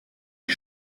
die